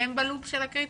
כי הם בלופ של הקריטריונים.